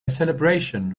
celebration